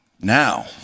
Now